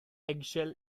eggshell